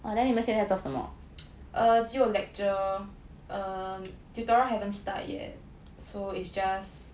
err 只有 lecture um tutorial haven't start yet so is just